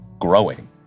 growing